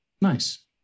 Nice